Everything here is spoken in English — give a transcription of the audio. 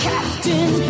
Captain